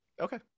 Okay